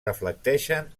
reflecteixen